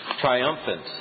triumphant